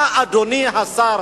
מה, אדוני השר